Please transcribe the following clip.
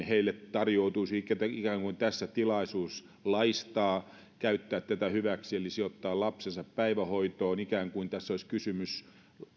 tarjoutuisi ikään kuin tässä tilaisuus laistaa käyttää tätä hyväksi eli sijoittaa lapsensa päivähoitoon ikään kuin tässä olisi kysymys